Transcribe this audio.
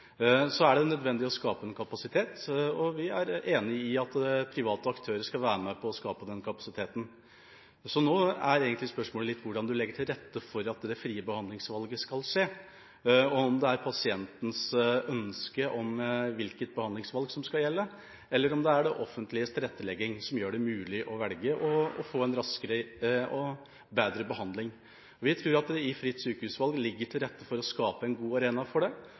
Så er det nødvendig å skape en kapasitet, og vi er enig i at private aktører skal være med på å skape den kapasiteten. Nå er egentlig spørsmålet litt hvordan du legger til rette for at det frie behandlingsvalget skal skje, og om det er pasientens ønske om hvilket behandlingsvalg som skal gjelde, eller om det er det offentliges tilrettelegging som gjør det mulig å velge å få en raskere og bedre behandling. Vi tror at det i fritt sykehusvalg ligger til rette for å skape en god arena for det,